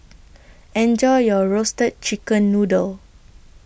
Enjoy your Roasted Chicken Noodle